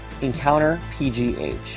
EncounterPGH